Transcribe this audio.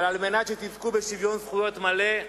כדי שתזכו בשוויון זכויות מלא,